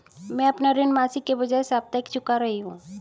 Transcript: मैं अपना ऋण मासिक के बजाय साप्ताहिक चुका रही हूँ